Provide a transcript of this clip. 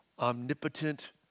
omnipotent